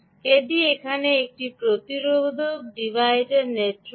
এটি এখানে একটি প্রতিরোধক ডিভাইডার নেটওয়ার্ক